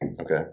Okay